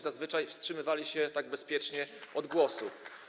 Zazwyczaj wstrzymywali się tak bezpiecznie od głosu.